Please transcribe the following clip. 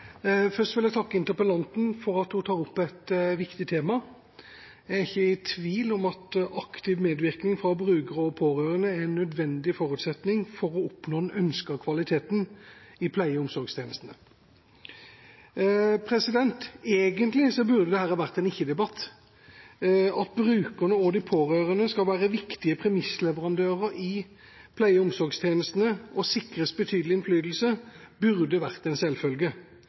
Først vil jeg takke interpellanten for at hun tar opp et viktig tema. Jeg er ikke i tvil om at aktiv medvirkning fra brukere og pårørende er en nødvendig forutsetning for å oppnå den ønskede kvaliteten i pleie- og omsorgstjenesten. Egentlig burde dette vært en ikke-debatt – at brukerne og de pårørende skal være viktige premissleverandører i pleie- og omsorgstjenestene og sikres betydelig innflytelse, burde vært en selvfølge,